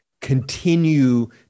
continue